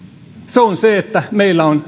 se on se että meillä on